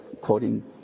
quoting